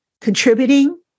contributing